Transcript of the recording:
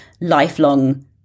lifelong